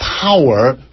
power